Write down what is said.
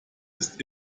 ist